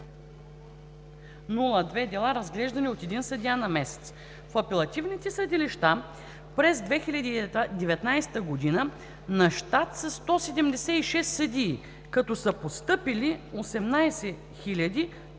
34,02 дела, разглеждани от един съдия на месец. В апелативните съдилища през 2019 г. на щат са 176 съдии, като са постъпили 18 372 броя